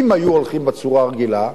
אם היו הולכים בצורה הרגילה,